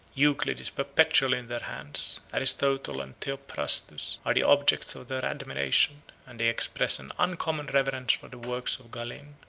euclid is perpetually in their hands. aristotle and theophrastus are the objects of their admiration and they express an uncommon reverence for the works of galen.